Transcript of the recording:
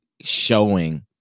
showing